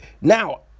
Now